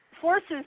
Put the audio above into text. forces